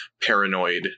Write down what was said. paranoid